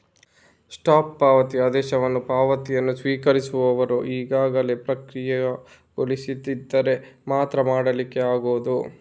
stop ಪಾವತಿ ಆದೇಶವನ್ನ ಪಾವತಿಯನ್ನ ಸ್ವೀಕರಿಸುವವರು ಈಗಾಗಲೇ ಪ್ರಕ್ರಿಯೆಗೊಳಿಸದಿದ್ದರೆ ಮಾತ್ರ ಮಾಡ್ಲಿಕ್ಕೆ ಆಗುದು